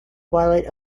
twilight